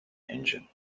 engine